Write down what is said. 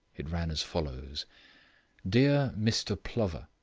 it ran as follows dear mr plover,